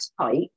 tight